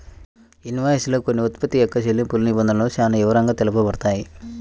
invoice లో కొన్న ఉత్పత్తి యొక్క చెల్లింపు నిబంధనలు చానా వివరంగా తెలుపబడతాయి